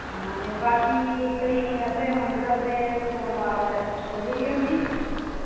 हां ते बाकी क्लिनिक असैं मंगल ते सोमबार खोहल्ली दी होंदी